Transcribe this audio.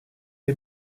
est